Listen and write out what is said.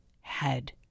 head